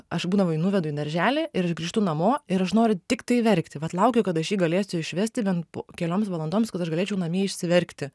aš būdavo jį nuvedu į darželį ir aš grįžtu namo ir aš noriu tiktai verkti vat laukiu kad aš jį galėsiu išvesti bent kelioms valandoms kad aš galėčiau namie išsiverkti